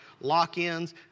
lock-ins